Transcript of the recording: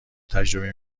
تجربه